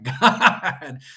God